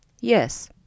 Yes